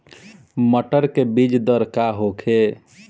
मटर के बीज दर का होखे?